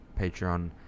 Patreon